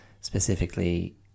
specifically